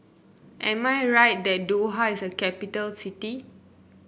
am I right that Doha is a capital city